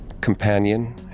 companion